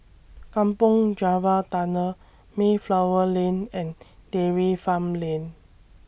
Kampong Java Tunnel Mayflower Lane and Dairy Farm Lane